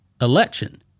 election